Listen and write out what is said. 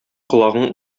колагың